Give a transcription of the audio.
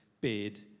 bid